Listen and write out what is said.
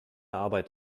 arbeit